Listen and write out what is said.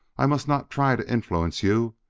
i must not try to influence you.